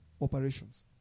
Operations